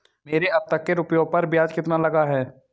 मेरे अब तक के रुपयों पर ब्याज कितना लगा है?